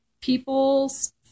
people's